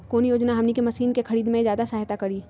कौन योजना हमनी के मशीन के खरीद में ज्यादा सहायता करी?